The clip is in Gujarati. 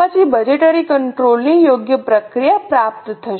પછી બજેટરી કંટ્રોલ ની યોગ્ય પ્રક્રિયા પ્રાપ્ત થશે